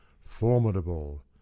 formidable